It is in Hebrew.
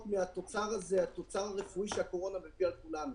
מהתוצר הרפואי שהקורונה מביאה על כולנו.